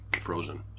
frozen